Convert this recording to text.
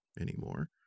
anymore